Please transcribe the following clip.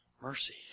mercy